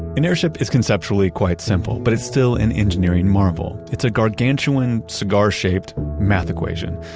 an airship is conceptually quite simple, but it's still an engineering marvel. it's a gargantuan cigar-shaped math equation,